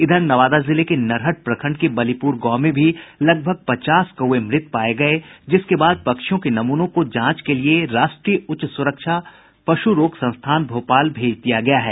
इधर नवादा जिले के नरहट प्रखंड के बलिपुर गांव में भी लगभग पचास कौवे मृत पाये गये जिसके बाद पक्षियों के नमूनों को जांच के लिये राष्ट्रीय उच्च सुरक्षा पशु रोग संस्थान भोपाल भेज दिया गया है